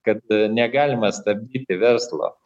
kad negalima stabdyti verslo